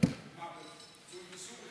שמכיר היטב את פעילות המשטרה ומשבח אותה בכל הזדמנות.